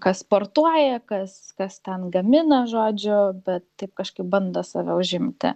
kas sportuoja kas kas ten gamina žodžiu bet taip kažkaip bando save užimti